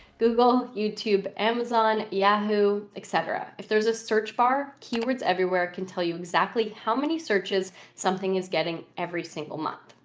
google, youtube, amazon, yahoo, et cetera. if there's a search bar, keywords everywhere can tell you exactly how many searches something is getting every single month.